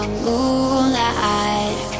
moonlight